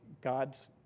God's